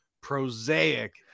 Prosaic